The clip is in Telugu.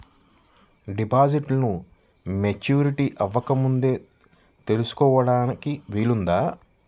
డిపాజిట్ను మెచ్యూరిటీ అవ్వకముందే తీసుకోటానికి వీలుందా?